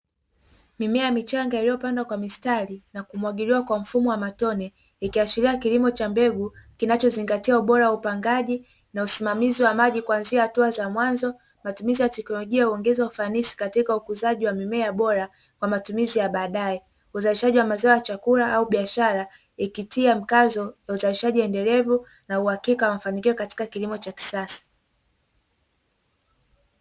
Mimea michanga iliyopandwa kwa mistari na kumwagiliwa kwa mfumo wa matone ikiashiria kilimo cha mbegu kinachozingatia ubora wa upangaji na usimamizi wa maji kuanzia hatua za mwanzo matumizi ya teknolojia. Huongeza ufanisi katika ukuzaji wa mimea bora kwa matumizi ya baadaye, uzalishaji wa mazao ya chakula au biashara ikitia mkazo ya uzalishaji endelevu na uhakika wa mafanikio katika kilimo cha kisasa.